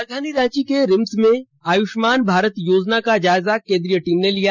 राजधानी रांची के रिम्स में आयुष्मान भारत योजना का जायजा केंद्रीय टीम ने लिया